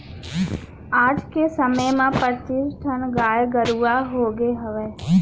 आज के समे म पच्चीस ठन गाय गरूवा होगे हवय